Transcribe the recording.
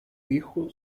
hijo